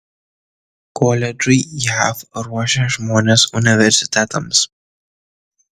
koledžai jav ruošia žmones universitetams